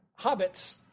hobbits